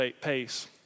pace